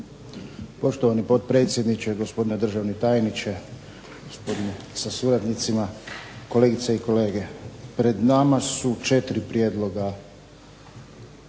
Poštovani potpredsjedniče, poštovani tajniče sa suradnicima, kolegice i kolege. Pred nama su četiri prijedloga